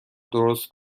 درست